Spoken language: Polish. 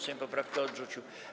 Sejm poprawkę odrzucił.